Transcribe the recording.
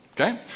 Okay